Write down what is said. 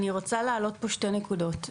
אני רוצה להעלות פה שתי נקודות.